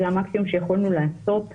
זה המקסימום שיכולנו לעשות כרגע.